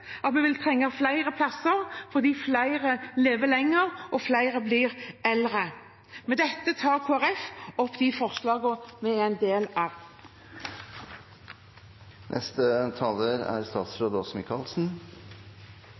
at vi vil trenge flere plasser fordi flere lever lenger, og flere blir eldre. Regjeringen er opptatt av at eldre og andre brukere av omsorgstjenester skal få de